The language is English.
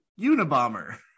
Unabomber